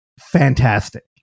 fantastic